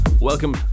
Welcome